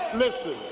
Listen